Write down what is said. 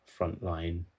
frontline